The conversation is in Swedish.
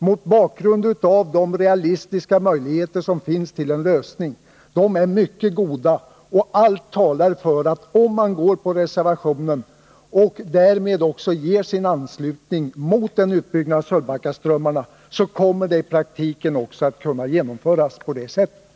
Den lösningen kommer att kunna genomföras i praktiken, om en majoritet av riksdagens ledamöter stöder reservationen och därmed också ger sin anslutning till motståndet mot en utbyggnad av Sölvbackaströmmarna.